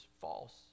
false